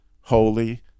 holy